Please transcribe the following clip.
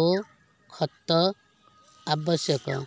ଓ ଖତ ଆବଶ୍ୟକ